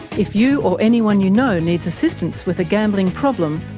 if you or anyone you know needs assistance with a gambling problem,